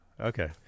Okay